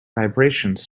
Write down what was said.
vibrations